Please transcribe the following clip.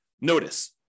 notice